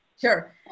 Sure